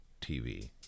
TV